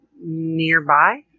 nearby